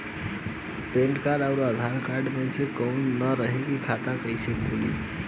Pan card आउर Aadhaar card मे से कोई ना रहे त खाता कैसे खुली?